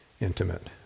intimate